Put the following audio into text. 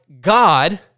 God